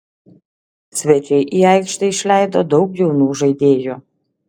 svečiai į aikštę išleido daug jaunų žaidėjų